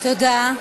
תודה.